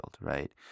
right